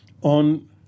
on